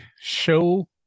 show